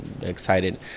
excited